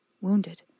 Wounded